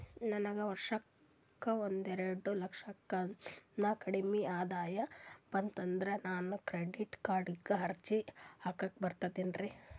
ನನಗ ವರ್ಷಕ್ಕ ಒಂದೆರಡು ಲಕ್ಷಕ್ಕನ ಕಡಿಮಿ ಆದಾಯ ಬರ್ತದ್ರಿ ನಾನು ಕ್ರೆಡಿಟ್ ಕಾರ್ಡೀಗ ಅರ್ಜಿ ಹಾಕ್ಲಕ ಬರ್ತದೇನ್ರಿ?